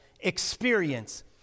experience